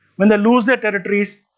when they lose their territories,